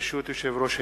ברשות יושב-ראש הישיבה,